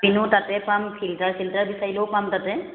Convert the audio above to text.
তাতে পাম ফিল্টাৰ চিল্টাৰ বিচাৰিলেও পাম তাতে